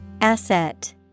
Asset